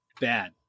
bad